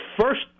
first